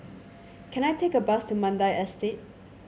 can I take a bus to Mandai Estate